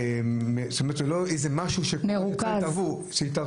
זאת אומרת שזה לא איזה משהו של התערבות,